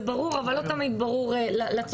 זה ברור, אבל לא תמיד ברור לצופים.